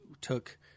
took